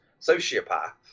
sociopath